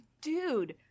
Dude